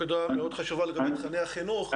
נקודה מאוד חשובה לגבי תכני החינוך.